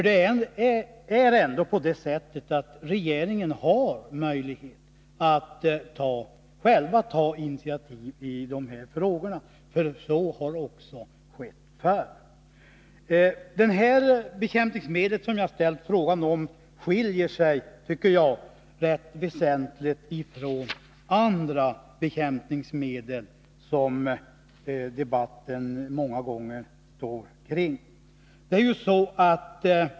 Det är ändå på det sättet att regeringen har möjlighet att själv ta initiativ i dessa frågor, och så har också skett förr. Detta bekämpningsmedel, som jag har ställt frågan om, skiljer sig rätt väsentligt från andra bekämpningsmedel som debatten många gånger gäller.